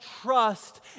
trust